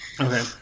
Okay